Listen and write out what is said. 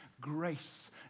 grace